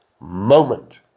moment